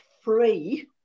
free